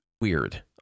weird